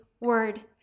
Word